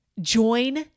Join